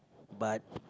but